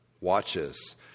watches